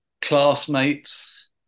classmates